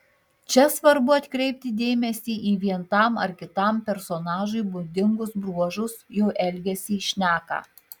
čia svarbu atkreipti dėmesį į vien tam ar kitam personažui būdingus bruožus jo elgesį šneką